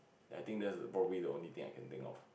I think that's probably the only thing that I can think of